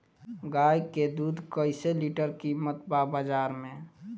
गाय के दूध कइसे लीटर कीमत बा बाज़ार मे?